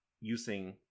using